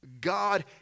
God